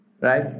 right